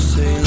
Say